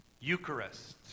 Eucharist